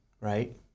right